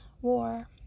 War